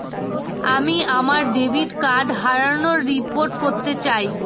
আমি আমার debit card হারানোর রিপোর্ট করতে চাই